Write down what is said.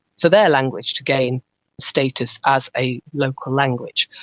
for their language to gain status as a local language.